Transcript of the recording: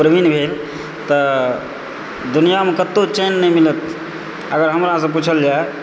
प्रवीन भेल तऽ दुनियामे कतहुँ चैन नहि मिलत अगर हमरासँ पूछल जाए